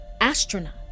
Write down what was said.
astronaut